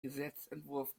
gesetzentwurf